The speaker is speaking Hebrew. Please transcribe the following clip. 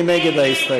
מי נגד ההסתייגות?